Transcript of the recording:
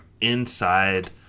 inside